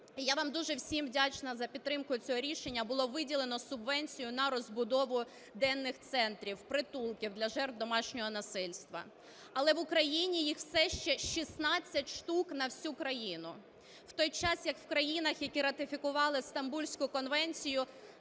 я вам дуже всім вдячна за підтримку цього рішення, - було виділено субвенцію на розбудову денних центрів, притулків для жертв домашнього насильства, але в Україні їх все ще 16 штук на всю країну. В той час як в країнах, які ратифікували Стамбульську конвенцію,